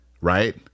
right